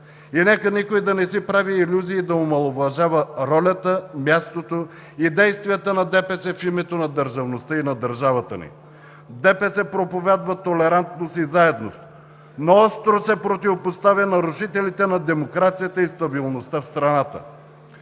И нека никой да не си прави илюзии да омаловажава ролята, мястото и действията на ДПС в името на държавността и на държавата ни! ДПС проповядва толерантност и заедност, но остро се противопоставя на рушителите на демокрацията и стабилността в страната!